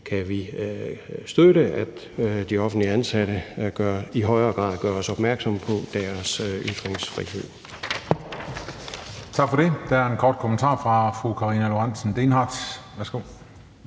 kan vi støtte, at de offentligt ansatte i højere grad gøres opmærksom på deres ytringsfrihed.